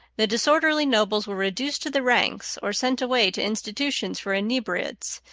the disorderly nobles were reduced to the ranks or sent away to institutions for inebriates,